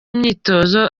imyitozo